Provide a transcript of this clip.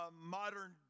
modern